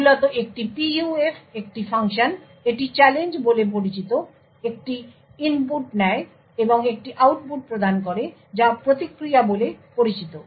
সুতরাং মূলত একটি PUF একটি ফাংশন এটি চ্যালেঞ্জ বলে পরিচিত একটি ইনপুট নেয় এবং একটি আউটপুট প্রদান করে যা প্রতিক্রিয়া বলে পরিচিত